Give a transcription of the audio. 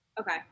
okay